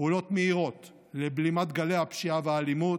פעולות מהירות לבלימת גלי הפשיעה והאלימות,